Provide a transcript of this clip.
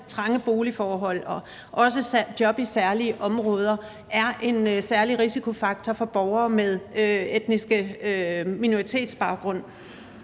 trange boligforhold og også job i særlige områder er en særlig risikofaktor for borgere med etnisk minoritetsbaggrund.